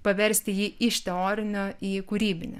paversti jį iš teorinio į kūrybinį